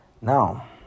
Now